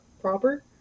proper